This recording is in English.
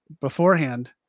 beforehand